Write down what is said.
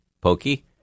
Pokey